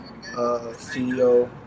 CEO